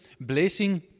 blessing